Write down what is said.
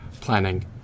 planning